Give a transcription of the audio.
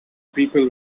people